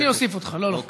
אני אוסיף אותך, לא, לא.